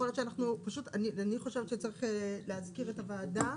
אני חושבת שצריך להזכיר את הוועדה,